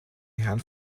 herrn